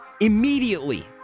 immediately